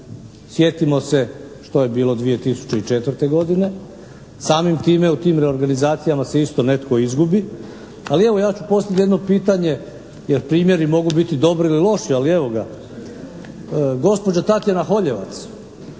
Sjetimo se što je bilo 2004. godine. Samim time u tim reorganizacijama se isto netko izgubi, ali evo ja ću postaviti jedno pitanje jer primjeri mogu biti dobri ili loši, ali evo ga. Gospođa Tatjana Holjevac